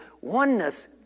oneness